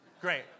Great